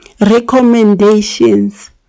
recommendations